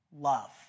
love